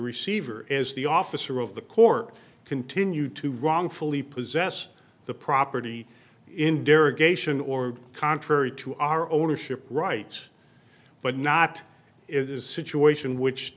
receiver is the officer of the court continue to wrongfully possess the property in derogation or contrary to our ownership rights but not it is situation which